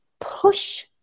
push